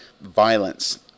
violence